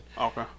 Okay